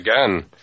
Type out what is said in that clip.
again